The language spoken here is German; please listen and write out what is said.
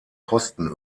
posten